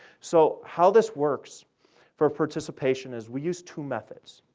so how this works for participation is we use two methods.